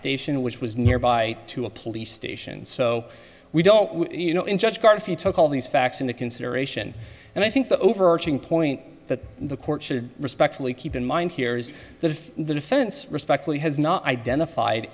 station which was nearby to a police station so we don't you know in judge card if you took all these facts into consideration and i think the overarching point that the court should respectfully keep in mind here is that if the defense respectfully has not identified